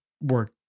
work